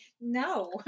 no